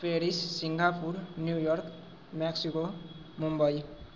Paris Singapore New York Mexico Mumbai